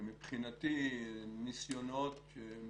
זה מבחינתי ניסיונות שהם